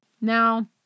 now